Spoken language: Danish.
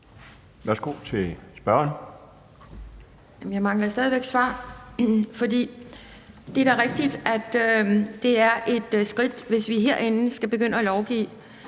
Kjærsgaard (DF): Jamen jeg mangler stadig væk et svar. For det er da rigtigt, at det er et skridt, hvis vi herinde skal begynde at lovgive.